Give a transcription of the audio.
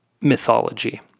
mythology